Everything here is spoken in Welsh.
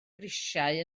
grisiau